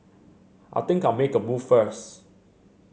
I think I'll make a move first